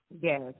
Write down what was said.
Yes